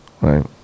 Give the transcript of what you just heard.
right